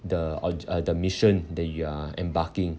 the or uh the mission that you are embarking